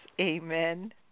Amen